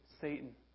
Satan